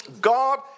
God